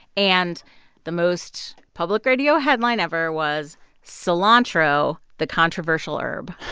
and the most public radio headline ever was cilantro, the controversial herb.